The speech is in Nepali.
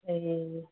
ए